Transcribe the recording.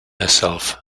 herself